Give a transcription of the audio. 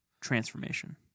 transformation